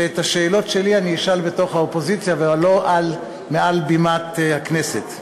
ואת השאלות שלי אשאל בתוך האופוזיציה ולא מעל במת הכנסת.